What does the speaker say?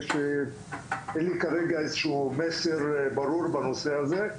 אין לי כרגע איזשהו מסר ברור בנושא הזה.